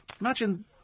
Imagine